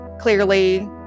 clearly